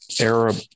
Arab